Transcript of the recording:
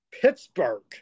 Pittsburgh